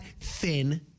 thin